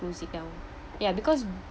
close it down ya because